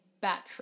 battery